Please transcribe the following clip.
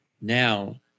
now